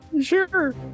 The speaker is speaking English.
sure